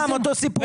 גם אותו סיפור.